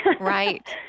Right